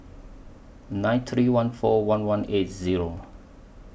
nine three one four one one eight Zero